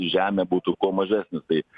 į žemę būtų kuo mažesnis tai